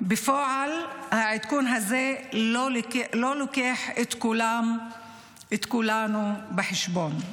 בפועל העדכון הזה לא לוקח את כולנו בחשבון.